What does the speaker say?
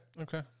Okay